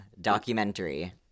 documentary